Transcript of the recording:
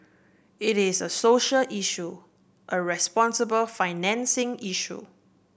it is a social issue a responsible financing issue